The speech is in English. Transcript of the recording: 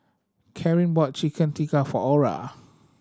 Carin bought Chicken Tikka for Ora